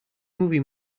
movie